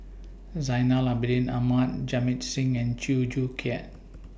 Zainal Abidin Ahmad Jamit Singh and Chew Joo Chiat